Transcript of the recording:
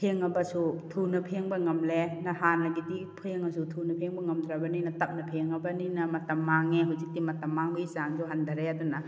ꯐꯦꯡꯂꯕꯁꯨ ꯊꯨꯅ ꯐꯦꯡꯕ ꯉꯝꯂꯦ ꯍꯥꯟꯅꯒꯤꯗꯤ ꯐꯦꯡꯂꯁꯨ ꯊꯨꯅ ꯐꯦꯡꯕ ꯉꯝꯗ꯭ꯔꯕꯅꯤꯅ ꯇꯞꯅ ꯐꯦꯡꯂꯕꯅꯤꯅ ꯃꯇꯝ ꯃꯥꯡꯂꯦ ꯍꯧꯖꯤꯛꯇꯤ ꯃꯇꯝ ꯃꯥꯡꯕꯒꯤ ꯆꯥꯡꯗꯣ ꯍꯟꯊꯔꯦ ꯑꯗꯨꯅ